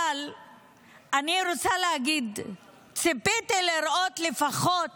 אבל אני רוצה להגיד, ציפיתי לראות לפחות